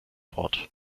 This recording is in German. bord